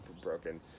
broken